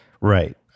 right